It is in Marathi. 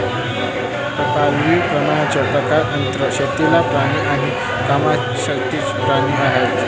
पाळीव प्राण्यांचे प्रकार अन्न, शेतातील प्राणी आणि कामासाठीचे प्राणी आहेत